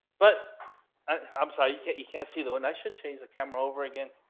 but i'm sorry you can't you can't see that when i should change the camera over again.